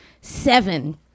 seven